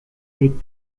take